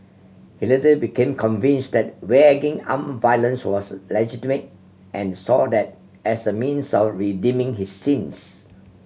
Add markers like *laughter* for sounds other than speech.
he later became convince that *unintelligible* arm violence was legitimate and saw that as a means of redeeming his sins